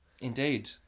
Indeed